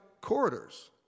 corridors